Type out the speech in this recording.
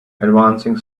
advancing